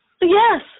Yes